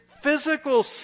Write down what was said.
physical